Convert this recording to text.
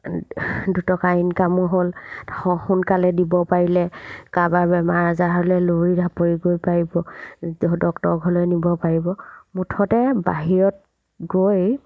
দুটকা ইনকামো হ'ল সোনকালে দিব পাৰিলে কাবাৰ বেমাৰ আজাৰ হ'লে লৰি ঢাপৰি গৈ পাৰিব ডক্তৰ ঘৰলৈ নিব পাৰিব মুঠতে বাহিৰত গৈ